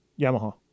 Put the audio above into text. yamaha